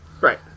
right